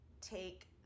take